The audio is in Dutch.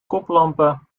koplampen